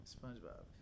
Spongebob